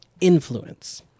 influence